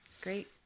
great